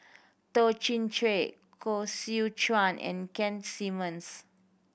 Toh Chin Chye Koh Seow Chuan and Keith Simmons